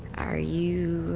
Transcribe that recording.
r u